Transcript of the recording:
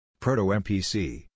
Proto-MPC